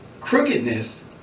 crookedness